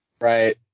Right